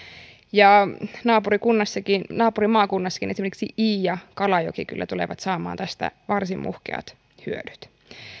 naapurimaakunnassakin naapurimaakunnassakin esimerkiksi ii ja kalajoki kyllä tulevat saamaan tästä varsin muhkeat hyödyt